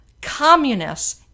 communists